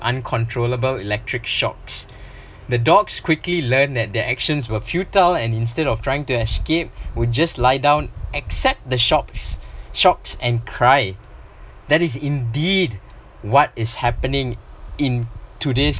uncontrollable electric shocks the dogs quickly learned that their actions were futile and instead of trying to escape will just lie down accept the shock shocks and cry that is indeed what is happening in today's